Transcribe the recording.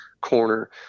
corner